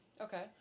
Okay